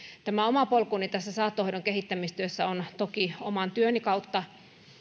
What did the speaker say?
tämä oma polkuni tässä saattohoidon kehittämistyössä on toki oman työni kautta